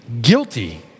guilty